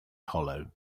hollow